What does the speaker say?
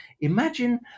imagine